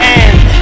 end